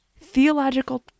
theological